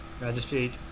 Magistrate